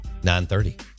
930